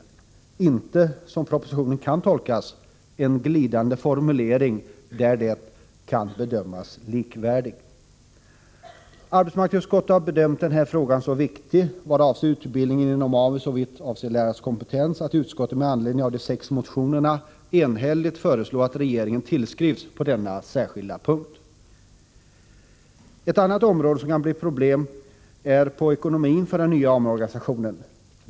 Propositionen kan emellertid tolkas annorlunda med sin glidande formulering: där det kan bedömas likvärdigt. Arbetsmarknadsutskottet har bedömt att den här frågan är så viktig i vad avser utbildningen inom AMU -— såvitt gäller lärarnas kompetens — att utskottet med anledning av de sex motionerna enhälligt föreslår att regeringen tillskrivs på denna särskilda punkt. En annan sak som kan förorsaka problem är ekonomin för den nya AMU-organisationen.